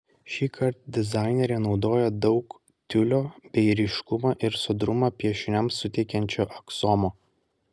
šįkart dizainerė naudoja daug tiulio bei ryškumą ir sodrumą piešiniams suteikiančio aksomo